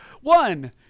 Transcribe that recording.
One